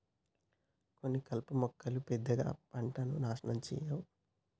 కొన్ని కలుపు మొక్కలు పెద్దగా పంటను నాశనం చేయవు